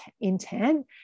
intent